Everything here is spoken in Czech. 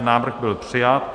Návrh byl přijat.